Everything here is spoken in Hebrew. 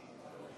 בעד,